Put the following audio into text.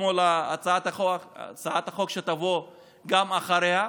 כמו להצעת החוק שתבוא אחריה.